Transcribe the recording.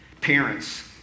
Parents